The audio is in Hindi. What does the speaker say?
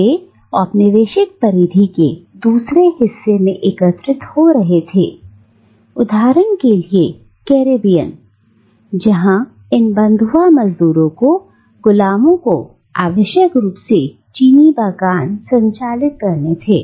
वे औपनिवेशिक परिधि के दूसरे हिस्से में एकत्रित हो रहे थे उदाहरण के लिए कैरेबियन जहां इन बंधुआ मजदूरों को गुलामों को आवश्यक रूप से चीनी बागान संचालित करने थे